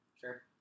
Sure